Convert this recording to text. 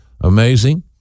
amazing